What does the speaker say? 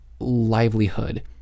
livelihood